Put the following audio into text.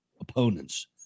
opponents